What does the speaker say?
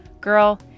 Girl